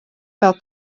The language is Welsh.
fel